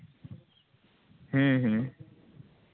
ᱦᱮᱸ ᱦᱮᱸ